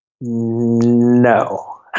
No